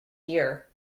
year